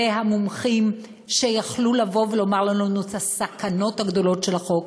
והמומחים שיכלו לבוא ולומר לנו את הסכנות הגדולות של החוק,